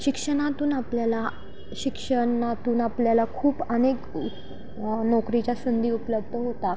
शिक्षणातून आपल्याला शिक्षणातून आपल्याला खूप अनेक नोकरीच्या संधी उपलब्ध होतात